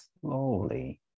slowly